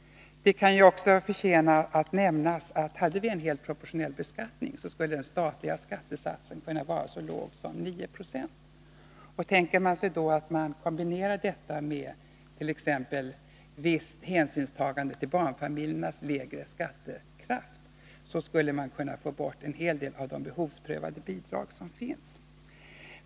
Det kan också förtjäna att nämnas att om vi hade en helt proportionell beskattning, skulle den statliga skattesatsen kunna vara så låg som 996. Om man kombinerade detta med t.ex. visst hänsynstagande till barnfamiljernas lägre skattekraft, skulle man få bort en hel del av de behovsprövade bidrag som finns.